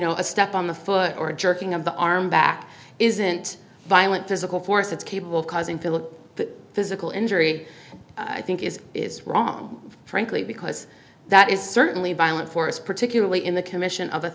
know a step on the foot or jerking of the arm back isn't violent physical force it's capable of causing people physical injury i think is is wrong frankly because that is certainly violent force particularly in the commission of a